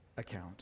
account